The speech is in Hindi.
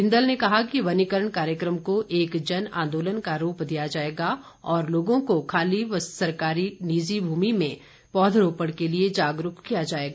बिंदल ने कहा कि वनीकरण कार्यक्रम को एक जन आंदोलन का रूप दिया जाएगा और लोगों को खाली सरकारी व निजी भूमि में पौधरोपण के लिए जागरूक किया जाएगा